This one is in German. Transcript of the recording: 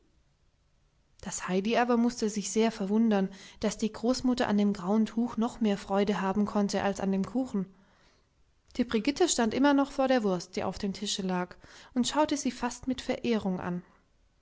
das heidi aber mußte sich sehr verwundern daß die großmutter an dem grauen tuch noch mehr freude haben konnte als an den kuchen die brigitte stand immer noch vor der wurst die auf dem tische lag und schaute sie fast mit verehrung an